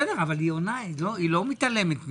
בסדר, אבל היא עונה, היא לא מתעלמת מזה.